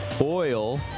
Oil